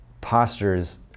postures